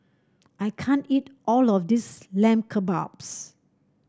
I can't eat all of this Lamb Kebabs